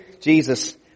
Jesus